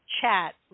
chat